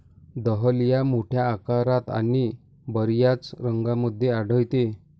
dahlia मोठ्या आकारात आणि बर्याच रंगांमध्ये आढळते